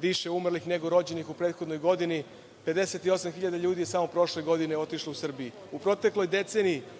više umrlih nego rođenih u prethodnoj godini, 58 hiljada ljudi je samo prošle godine otišlo u Srbiji. U protekloj deceniji